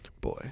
Boy